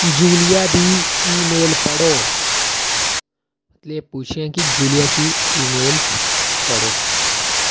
Julia दी email पढ़ो पुछो कि जूलिया दी इमेल पढ़ो